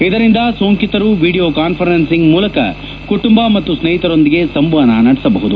ಇದರಿಂದ ಸೋಂಕಿತರು video conferencing ಮೂಲಕ ಕುಟುಂಬ ಮತ್ತು ಸ್ಯೇಹಿತರೊಂದಿಗೆ ಸಂವಹನ ನಡೆಸಬಹುದು